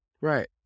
Right